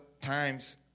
times